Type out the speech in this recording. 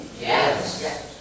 Yes